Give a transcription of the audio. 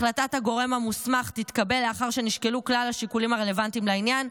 החלטת הגורם המוסמך תתקבל לאחר שנשקלו כלל השיקולים הרלוונטיים לעניין,